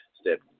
step